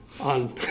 on